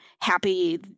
happy